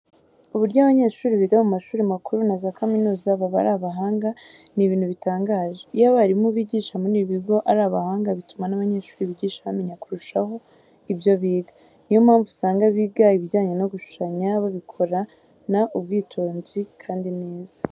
Uburyo abanyeshuri biga mu mashuri makuru na za kaminuza baba ari abahanga ni ibintu bitangaje. Iyo abarimu bigisha muri ibi bigo ari abahanga bituma n'abanyeshuri bigisha bamenya kurushaho ibyo biga. Niyo mpamvu usanga abiga ibijyanye no gushushanya babikorana ubwitonzi kandi neza.